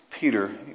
Peter